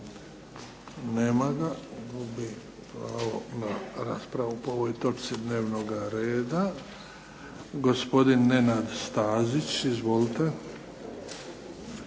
Srb, gubi pravo na raspravu po ovoj točci dnevnog reda. Gospodin Nenad Stazić. Izvolite.